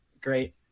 great